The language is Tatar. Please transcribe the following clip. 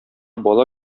бала